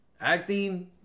acting